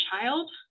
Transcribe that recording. child